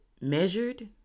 measured